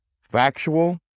factual